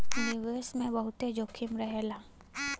निवेश मे बहुते जोखिम रहेला